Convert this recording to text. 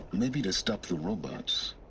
maybe to stop the robots.